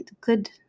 good